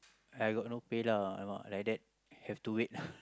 I can got no PayNow !alamak! like that have to wait